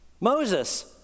Moses